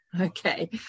Okay